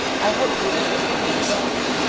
i hope to see him soon in flanders,